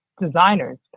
designers